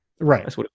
Right